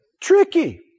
Tricky